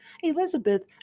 Elizabeth